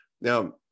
Now